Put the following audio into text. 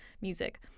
music